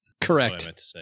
Correct